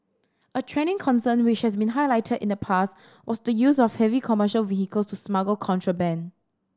a trending concern which has been highlighted in the past was the use of heavy commercial vehicles to smuggle contraband